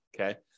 Okay